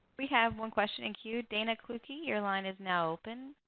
we have one question in cue dana clutie your line is now open.